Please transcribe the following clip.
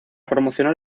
promocionar